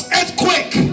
earthquake